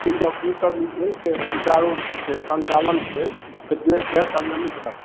ई सब जे छै से सुचारू छै सञ्चालन छै आ देहके संयमित रखतै